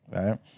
right